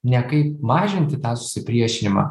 ne kaip mažinti tą susipriešinimą